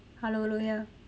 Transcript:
hello look here